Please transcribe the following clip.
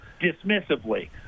dismissively